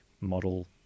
model